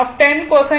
2o ஆகும்